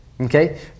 Okay